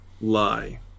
lie